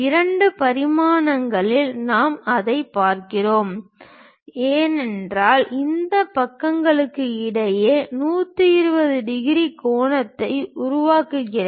இரண்டு பரிமாணங்களில் நாம் அதைப் பார்க்கிறோம் என்றால் இந்த பக்கங்களுக்கு இடையில் 120 டிகிரி கோணத்தை உருவாக்குகிறது